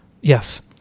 yes